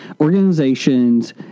organizations